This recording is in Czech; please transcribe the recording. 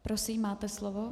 Prosím, máte slovo.